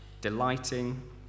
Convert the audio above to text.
delighting